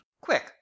Quick